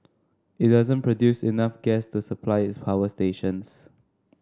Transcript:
it doesn't produce enough gas to supply its power stations